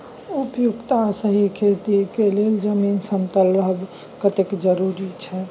उपयुक्त आ सही खेती के लेल जमीन समतल रहब कतेक जरूरी अछि?